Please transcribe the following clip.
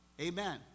Amen